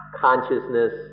consciousness